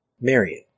Marion